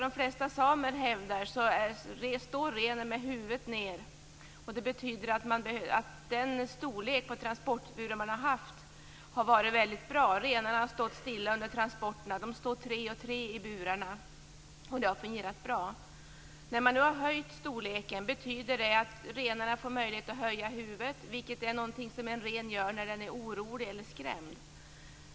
De flesta samer hävdar att renen står med huvudet nedåt. Det betyder att den tidigare storleken på transportburar var väldigt bra. Renarna stod stilla under transporterna. Det var tre renar i varje bur och det fungerade bra. Den ökade takhöjden betyder att renarna kan höja huvudet, vilket en ren gör när den är orolig eller skrämd.